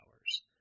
hours